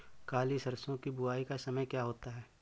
काली सरसो की बुवाई का समय क्या होता है?